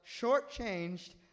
shortchanged